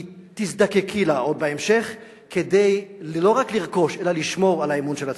כי תזדקקי לה עוד בהמשך כדי לא רק לרכוש אלא לשמור על האמון של הציבור.